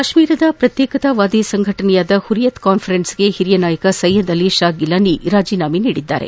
ಕಾಶ್ಮೀರದ ಪ್ರತ್ಯೇಕತಾವಾದಿ ಸಂಘಟನೆಯಾದ ಹುರಿಯತ್ ಕಾನ್ಬರೆನ್ಸ್ಗೆ ಹಿರಿಯ ನಾಯಕ ಸ್ಟೆಯದ್ ಅಲಿ ಷಾ ಗಿಲಾನಿ ರಾಜೀನಾಮೆ ಸಲ್ಲಿಸಿದ್ದಾರೆ